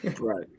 Right